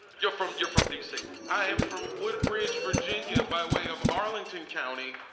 you're from you're from dc? i am from woodbridge, virginia, by way of arlington county.